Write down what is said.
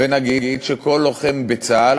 ונגיד שכל לוחם בצה"ל,